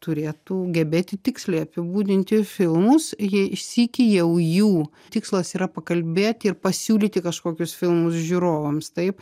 turėtų gebėti tiksliai apibūdinti filmus jei iš sykį jau jų tikslas yra pakalbėti ir pasiūlyti kažkokius filmus žiūrovams taip